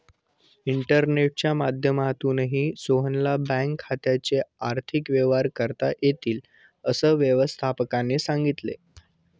इंटरनेटच्या माध्यमातूनही सोहनला बँक खात्याचे आर्थिक व्यवहार करता येतील, असं व्यवस्थापकाने सांगितले